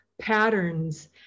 Patterns